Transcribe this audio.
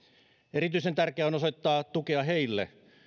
erityisen tärkeää on osoittaa tukea heille